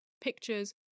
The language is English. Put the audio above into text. pictures